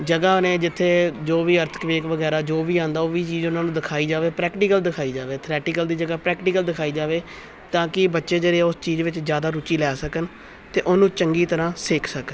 ਜਗ੍ਹਾ ਨੇ ਜਿੱਥੇ ਜੋ ਵੀ ਅਰਥ ਕਵੇਕ ਵਗੈਰਾ ਜੋ ਵੀ ਆਉਂਦਾ ਉਹ ਵੀ ਚੀਜ਼ ਉਹਨਾਂ ਨੂੰ ਦਿਖਾਈ ਜਾਵੇ ਪ੍ਰੈਕਟੀਕਲ ਦਿਖਾਈ ਜਾਵੇ ਥਰੈਟੀਕਲ ਦੀ ਜਗ੍ਹਾ ਪ੍ਰੈਕਟੀਕਲ ਦਿਖਾਈ ਜਾਵੇ ਤਾਂ ਕਿ ਬੱਚੇ ਜਿਹੜੇ ਉਸ ਚੀਜ਼ ਵਿੱਚ ਜ਼ਿਆਦਾ ਰੁਚੀ ਲੈ ਸਕਣ ਅਤੇ ਉਹਨੂੰ ਚੰਗੀ ਤਰ੍ਹਾਂ ਸਿੱਖ ਸਕਣ